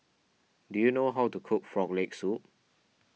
do you know how to cook Frog Leg Soup